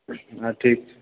हँ ठीक छै